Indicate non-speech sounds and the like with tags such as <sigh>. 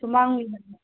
ꯁꯨꯃꯥꯡ <unintelligible>